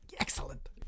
excellent